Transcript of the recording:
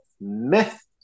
myth